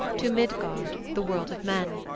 to midgard, the world of men.